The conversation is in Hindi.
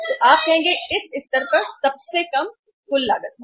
तो आप कहेंगे इस स्तर पर सबसे कम कुल लागत यह सबसे कम कुल लागत है